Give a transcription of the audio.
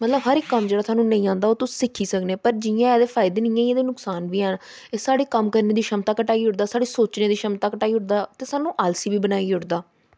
मतलब हर इक कम्म जेह्ड़ा तुसें गी नेईं आंदा तुस सिक्खी सकने पर जि'यां इं'दे फायदे न इ'यां गै नुकसान बी हैन साढ़ी कम्म करने दी क्षमता घटाई ओड़दा साढ़ी सोचने दी क्षमता घटाई ओड़दा ते सानूं आलसी बी बनाई ओड़दा